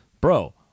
Bro